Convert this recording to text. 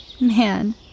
Man